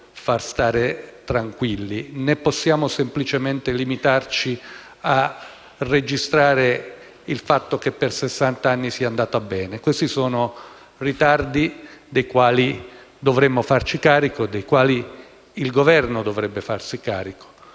non ci può far stare tranquilli, né possiamo semplicemente limitarci a registrare il fatto che per sessant'anni sia andata bene. Questi sono ritardi dei quali dovremmo farci carico, dei quali il Governo dovrebbe farsi carico.